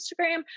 Instagram